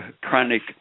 chronic